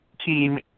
Team